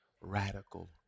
radical